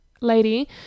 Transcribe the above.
lady